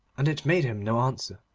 and it made him no answer.